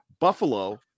Buffalo